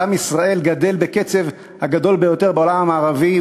ועם ישראל גדל בקצב הגדול ביותר בעולם המערבי,